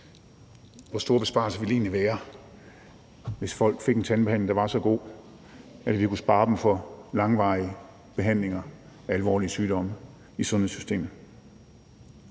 hvor store besparelser der egentlig ville være, hvis folk fik en tandbehandling, der var så god, at vi kunne spare dem for langvarige behandlinger af alvorlige sygdomme i sundhedssystemet.